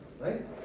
right